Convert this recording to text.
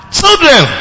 children